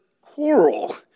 quarrel